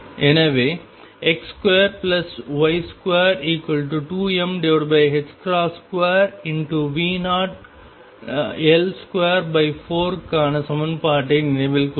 எனவே X2Y22m2 V0L24 க்கான சமன்பாட்டை நினைவில் கொள்க